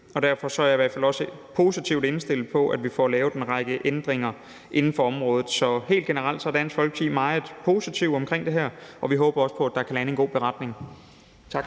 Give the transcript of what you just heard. Derfor er jeg i hvert fald også positivt indstillet på, at vi får lavet en række ændringer inden for området. Helt generelt er Dansk Folkeparti meget positive i forhold til det her, og vi håber også på, at der kan landes en god beretning. Tak.